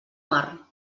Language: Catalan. mar